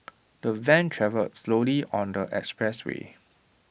the van travelled slowly on the expressway